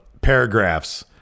paragraphs